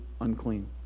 unclean